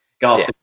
go